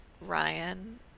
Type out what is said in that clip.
Ryan